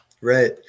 right